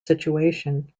situation